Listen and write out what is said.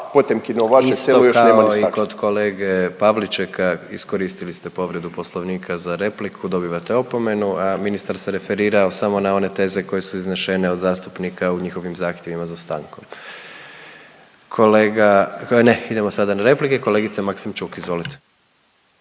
Hvala vam lijepa. Isto kao i kod kolege Pavličeka iskoristili ste povredu Poslovnika za repliku, dobivate opomenu a ministar se referirao samo na one teze koje su iznešene od zastupnika u njihovim zahtjevima za stankom. Kolega, ne idemo sada na replike. Kolegice Maksimčuk, izvolite.